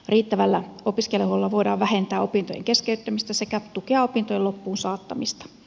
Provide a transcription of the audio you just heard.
riittävällä opiskelijahuollolla voidaan vähentää opintojen keskeyttämistä sekä tukea opintojen loppuun saattamista